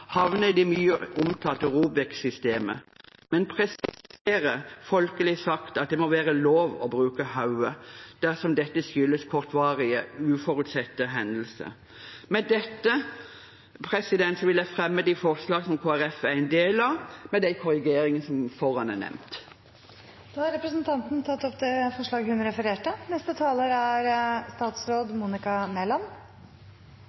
havner i det mye omtalte ROBEK-systemet, men presiserer – folkelig sagt – at det må være lov å bruke hodet dersom dette skyldes kortvarige, uforutsette hendelser. Med dette vil jeg fremme forslaget til Kristelig Folkeparti med de korrigeringer som er nevnt foran. Representanten Torhild Bransdal har tatt opp det forslaget hun refererte til. Som flere har påpekt, er